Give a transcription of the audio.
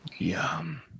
Yum